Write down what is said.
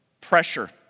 pressure